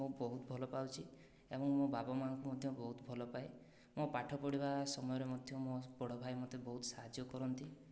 ମୁଁ ବହୁତ ଭଲ ପାଉଛି ଏବଂ ମୋ' ବାବା ମାଆଙ୍କୁ ମଧ୍ୟ ବହୁତ ଭଲ ପାଏ ମୋ' ପାଠ ପଢିବା ସମୟରେ ମଧ୍ୟ ମୋ' ବଡ଼ ଭାଇ ମୋତେ ବହୁତ ସାହାଯ୍ୟ କରନ୍ତି